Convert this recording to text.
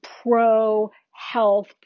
pro-health